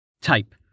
Type